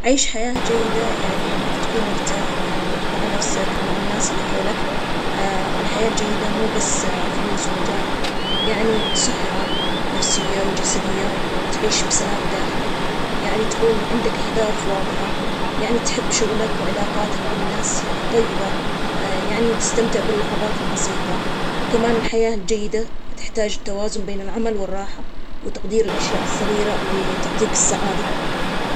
عيش حياة جيدة، يعني أنك تكون مرتاح مع- مع نفسك، ومع الناس اللي حولك، الحياة الجيدة مو بس فلوس ونجاح، يعني صحة نفسية وجسدية وتعيش بسلام داخلي، يعني تكون عندك أهداف واضحة، يعني تحب شغلك وعلاقاتك بالناس طيبة، يعني تستمتع باللحظات البسيطة، وكمان الحياة الجيدة، تحتاج التوازن بين العمل والراحة. وتقدير الأشياء الصغيرة اللي تعطيك السعادة.